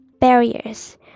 barriers